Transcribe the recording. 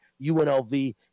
UNLV